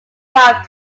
five